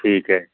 ਠੀਕ ਹੈ